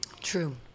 true